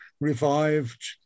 revived